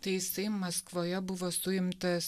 tai jisai maskvoje buvo suimtas